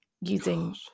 using